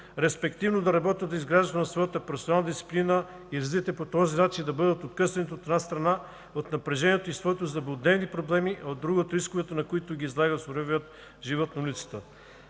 респективно да работят за изграждане на своята персонална дисциплина и развитие и по този начин да бъдат откъснати, от една страна, от напрежението и своите злободневни проблеми, а от друга – от рисковете, на които ги излага суровия живот на улицата.